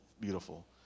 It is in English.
beautiful